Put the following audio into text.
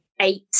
eight